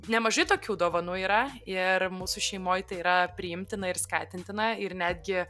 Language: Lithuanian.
nemažai tokių dovanų yra ir mūsų šeimoj tai yra priimtina ir skatintina ir netgi